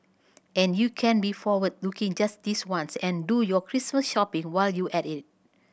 and you can be forward looking just this once and do your Christmas shopping while you're at it